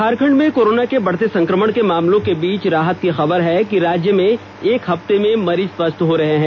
झारखंड में कोरोना के बढ़ते संक्रमण के मामलों के बीच राहत की खबर है कि राज्य में एक हफ्ते में मरीज स्वस्थ हो रहे हैं